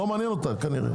כנראה, לא מעניין אותה.